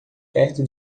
perto